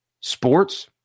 sports